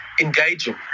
engaging